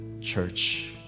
church